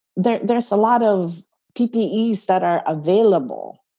there's there's a lot of teepees that are available.